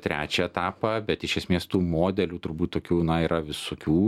trečią etapą bet iš esmės tų modelių turbūt tokių na yra visokių